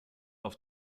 auf